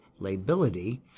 lability